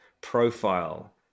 profile